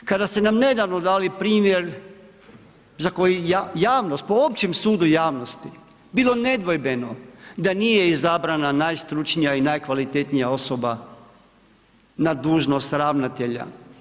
Kada ste nam nedavno dali primjer, za koji javnost, po općem sudu javnosti, bilo nedvojbeno, da nije izabrana najstručnija i najkvalitetnija osoba na dužnost ravnatelja.